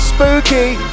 Spooky